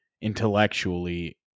intellectually